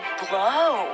glow